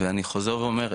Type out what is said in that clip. ואני חוזר ואומר,